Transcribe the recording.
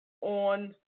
on